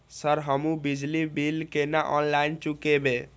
Sir हमू बिजली bill केना ऑनलाईन चुकेबे?